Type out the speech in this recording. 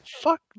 Fuck